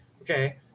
okay